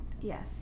Yes